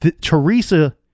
Teresa